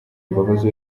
mbabazi